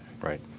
Right